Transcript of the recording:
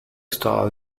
style